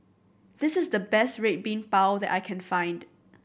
this is the best Red Bean Bao that I can find